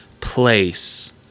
place